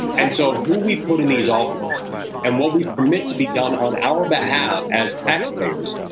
and so, who we put in these offices and what we permit to be done on our behalf as taxpayers,